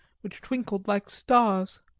which twinkled like stars.